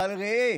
אבל ראה